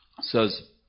says